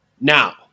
Now